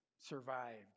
survived